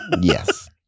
Yes